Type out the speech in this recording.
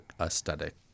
aesthetic